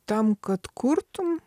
tam kad kurtum